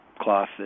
cloth